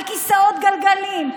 על כיסאות גלגלים,